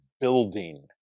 building